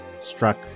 struck